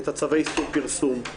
את צווי איסור פרסום.